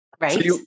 Right